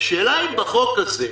השאלה אם בחוק הזה,